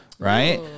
Right